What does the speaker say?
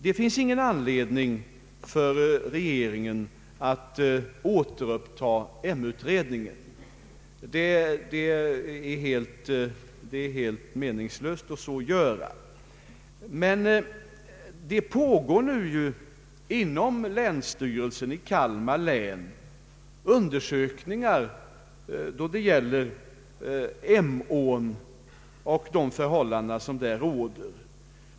Det finns ingen anledning för regeringen att återuppta Emåutredningen — det är helt meningslöst att göra det — men det pågår nu inom länsstyrelsen i Kalmar län undersökningar rörande Emån och de förhållanden som där råder.